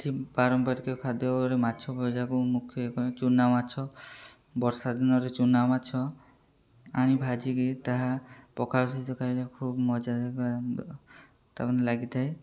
ଏଇଠି ପାରମ୍ପାରିକ ଖାଦ୍ୟରେ ମାଛ ଭଜାକୁ ମୁଖ୍ୟ ଚୁନା ମାଛ ବର୍ଷା ଦିନରେ ଚୁନା ମାଛ ଆଣି ଭାଜିକି ତାହା ପଖାଳ ସହିତ ଖାଇଲେ ଖୁବ ମଜା ତାମାନେ ଲାଗିଥାଏ